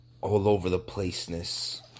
all-over-the-placeness